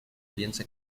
piense